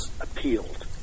appealed